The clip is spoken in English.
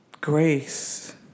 Grace